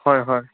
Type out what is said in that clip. হয় হয়